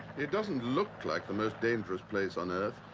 it doesn't look like the most dangerous place on earth,